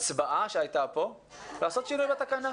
הצבעה שהייתה כאן לעשות שינוי בתקנה.